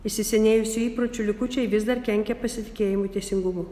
įsisenėjusių įpročių likučiai vis dar kenkia pasitikėjimui teisingumu